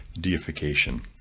deification